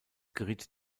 geriet